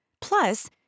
Plus